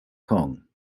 kong